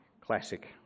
classic